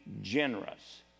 generous